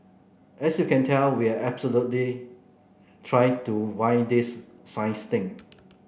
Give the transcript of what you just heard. as you can tell we are absolutely trying to wing this science thing